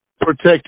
protect